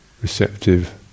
receptive